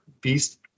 beast